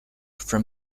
from